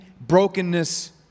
brokenness